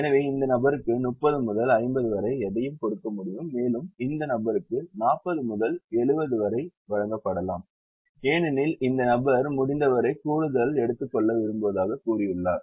எனவே இந்த நபருக்கு 30 முதல் 50 வரை எதையும் கொடுக்க முடியும் மேலும் இந்த நபருக்கு 40 முதல் 70 வரை வழங்கப்படலாம் ஏனெனில் இந்த நபர் முடிந்தவரை கூடுதல் எடுத்துக்கொள்ள விரும்புவதாகக் கூறியுள்ளார்